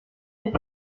ist